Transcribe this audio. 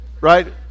right